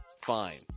fine